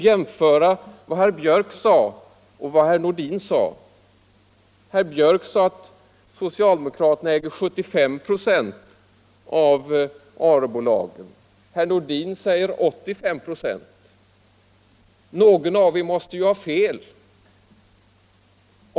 Herr Björck yttrade att socialdemokraterna äger 75 26 av Arebolagen, herr Nordin säger 85 26. Någon av er måste ju ha fel.